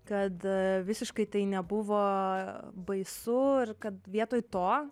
kad visiškai tai nebuvo baisu ir kad vietoj to